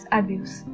abuse